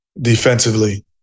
defensively